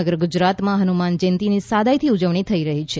સમગ્ર ગુજરાતમાં હનુમાન જયંતીની સાદાઈથી ઉજવણી થઇ રહી છે